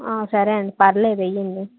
సరే అండి పర్లేదు వేయండి